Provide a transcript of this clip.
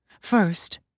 First